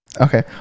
Okay